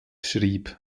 schrieb